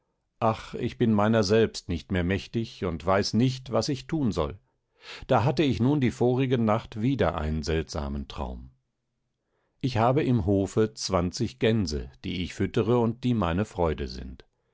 ach ich bin meiner selbst nicht mehr mächtig und weiß nicht was ich thun soll da hatte ich nun die vorige nacht wieder einen seltsamen traum ich habe im hofe zwanzig gänse die ich füttere und die meine freude sind